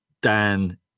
Dan